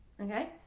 Okay